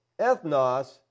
Ethnos